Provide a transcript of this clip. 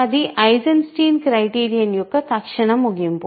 అది Eisenstein criterion యొక్క తక్షణ ముగింపు